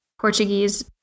Portuguese